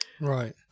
Right